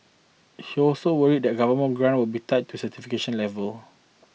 he also worried that government grants will be tied to certification levels